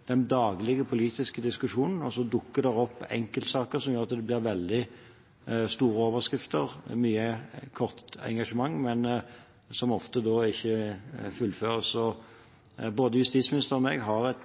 blir veldig store overskrifter og mye kort engasjement, men som da ofte ikke fullføres. Så både justisministeren og jeg har,